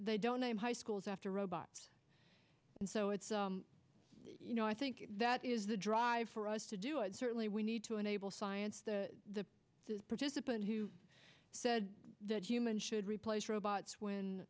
they don't aim high schools after robots and so it's you know i think that is the drive for us to do and certainly we need to enable science the participant who said that humans should replace robots when